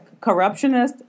corruptionist